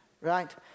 right